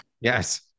yes